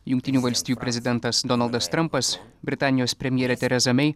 jungtinių valstijų prezidentas donaldas trampas britanijos premjerė tereza mei